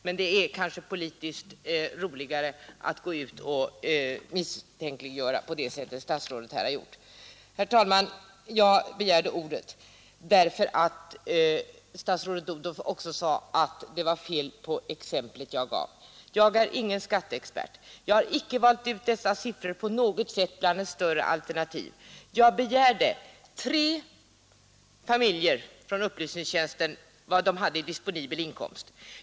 Men det kanske är politiskt roligare att gå ut och misstänkliggöra oss på det sätt som fru statsrådet här har gjort. Herr talman! Jag begärde ordet därför att statsrådet Odhnoff också sade att det var fel på de exempel jag gav. Jag är ingen skatteexpert. Jag har icke på något sätt valt ut dessa siffror bland ett större alternativ. Jag begärde uppgifter från upplysningstjänsten på vad tre olika familjer hade i disponibel inkomst.